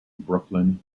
brooklyn